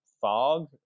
fog